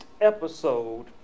episode